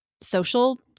social